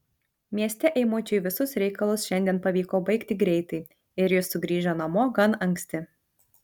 mieste eimučiui visus reikalus šiandien pavyko baigti greitai ir jis sugrįžo namo gan anksti